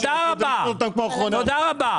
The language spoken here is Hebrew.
תודה רבה.